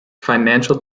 financial